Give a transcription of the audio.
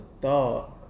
thought